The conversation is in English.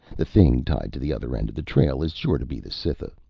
the thing tied to the other end of the trail is sure to be the cytha.